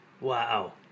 Wow